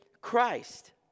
Christ